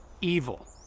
evil